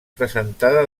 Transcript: presentada